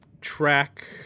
track